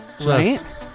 Right